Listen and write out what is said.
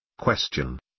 Question